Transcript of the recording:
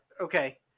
okay